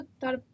thought